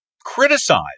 criticize